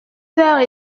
heures